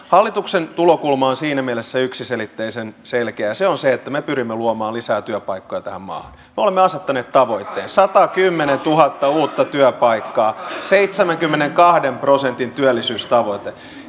hallituksen tulokulma on yksiselitteisen selkeä ja se on se että me pyrimme luomaan lisää työpaikkoja tähän maahan me olemme asettaneet tavoitteen satakymmentätuhatta uutta työpaikkaa seitsemänkymmenenkahden prosentin työllisyystavoite